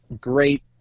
great